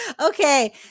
okay